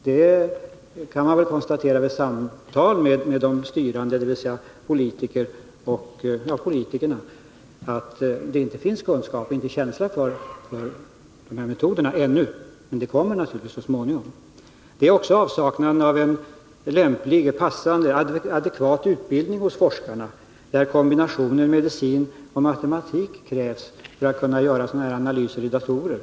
Man kan konstatera vid samtal med de styrande, dvs. politikerna, att det inte finns kunskap eller känsla för de här metoderna ännu, men det kommer naturligtvis så småningom. Det gäller också avsaknaden av en adekvat utbildning hos forskarna, där kombinationen medicin och matematik krävs för att man skall kunna göra sådana analyser i datorer.